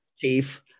chief